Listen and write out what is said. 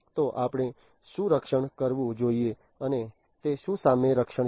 તો આપણે શું રક્ષણ કરવું જોઈએ અને તે શું સામે રક્ષણ છે